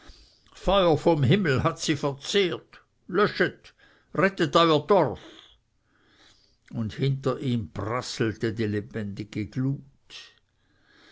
feuer vom himmel hat sie verzehrt löschet rettet euer dorf und hinter ihm prasselte die lebendige glut